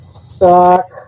Suck